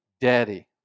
Daddy